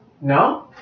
No